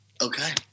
Okay